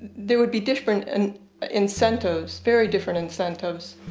there would be different and incentives, very different incentives.